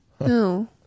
No